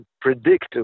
predict